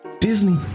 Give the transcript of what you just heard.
Disney